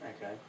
Okay